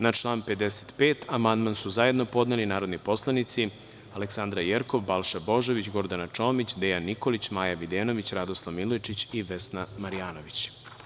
Na član 55. amandman su zajedno podneli narodni poslanici Aleksandra Jerkov, Balša Božović, Gordana Čomić, Dejan Nikolić, Maja Videnović, Radoslav Milojičić i Vesna Marjanović.